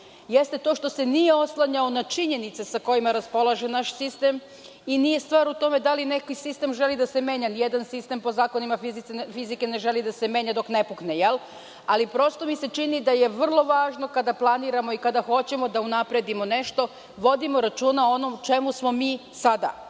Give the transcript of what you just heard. Jeste to što se nije oslanjao na činjenice sa kojima raspolaže naš sistem i nije stvar u tome da li neki sistem želi da se menja. Ni jedan sistem po zakonima fizike ne želi da se menja dok ne pukne. Ali, prosto mi se čini da je vrlo važno kada planiramo i kada hoćemo da unapredimo nešto vodimo računa o onom čemu smo mi sada. Moj